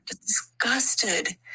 Disgusted